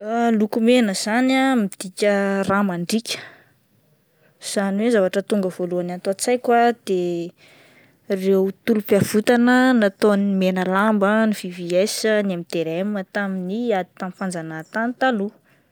Loko mena zany ah midika rà mandriaka izany hoe zavatra tonga voalohany ato an-tsaiko ah de ireo tolom-pihavotan'ny Menalamba, ny VVS,ny MDRM tamin'ny ady tamin'ny fanjanahantany taloha.